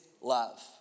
love